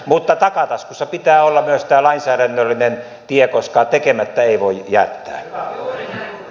mutta takataskussa pitää olla myös tämä lainsäädännöllinen tie koska tekemättä ei voi jättää